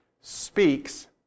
speaks